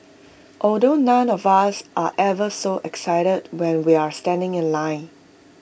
although none of us are ever so excited when we're standing in line